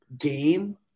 game